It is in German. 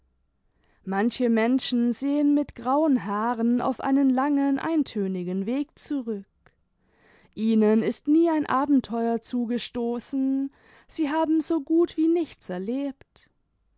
manche menschen sehen mit grauen haaren auf einen langen eintönigen weg zurück ihnen ist nie ein abenteuer zugestoßen sie haben so gut wie nichts erlebt